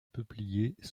peupliers